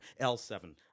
L7